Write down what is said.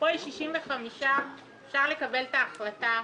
ופה יש 65. אפשר לקבל את ההחלטה.